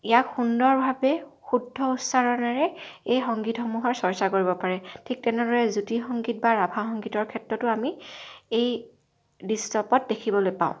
ইয়াক সুন্দৰভাৱে শুদ্ধ উচ্চাৰণেৰে এই সংগীতসমূহৰ চৰ্চা কৰিব পাৰে ঠিক তেনেদৰে জ্যোতি সংগীত বা ৰাভা সংগীতৰ ক্ষেত্ৰতো আমি এই দৃশ্যপট দেখিবলৈ পাওঁ